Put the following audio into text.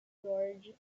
george